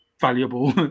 valuable